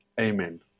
Amen